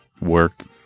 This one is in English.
Work